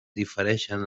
difereixen